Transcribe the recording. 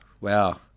wow